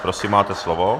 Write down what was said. Prosím máte slovo.